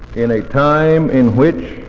in a time in which